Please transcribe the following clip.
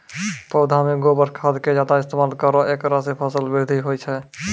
पौधा मे गोबर खाद के ज्यादा इस्तेमाल करौ ऐकरा से फसल बृद्धि होय छै?